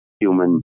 human